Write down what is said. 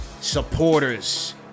supporters